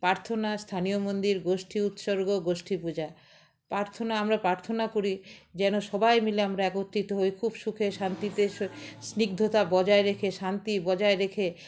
প্রার্থনা স্থানীয় মন্দির গোষ্ঠী উৎসর্গ গোষ্ঠী পূজা প্রার্থনা আমরা প্রার্থনা করি যেন সবাই মিলে আমরা একত্রিত হই খুব সুখে শান্তিতে স্নিগ্ধতা বজায় রেখে শান্তি বজায় রেখে